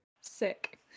Sick